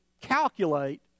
calculate